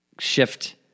shift